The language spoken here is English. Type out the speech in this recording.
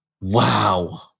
Wow